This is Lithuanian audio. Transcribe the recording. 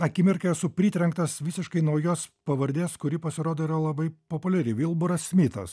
akimirkai esu pritrenktas visiškai naujos pavardės kuri pasirodo yra labai populiari vilburas smitas